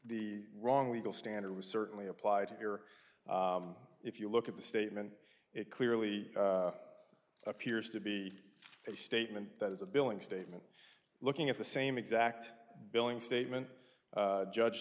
the wrong legal standard was certainly applied here if you look at the statement it clearly appears to be a statement that is a billing statement looking at the same exact billing statement judge